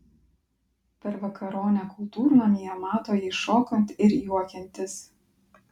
per vakaronę kultūrnamyje mato jį šokant ir juokiantis